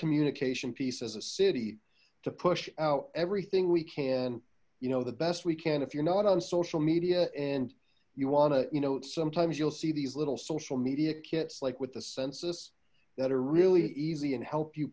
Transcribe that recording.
communication piece as a city to push out everything we can you know the best we can if you're not on social media and you want to you know sometimes you'll see these little social media kits like with the census that are really easy and help you